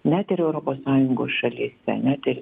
net ir europos sąjungos šalyse net ir